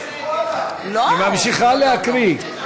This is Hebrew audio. היא ממשיכה להקריא.